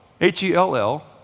H-E-L-L